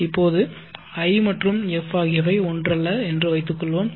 இப்போது i மற்றும் f ஆகியவை ஒன்றல்ல என்று வைத்துக்கொள்வோம்